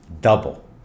double